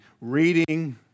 reading